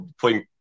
playing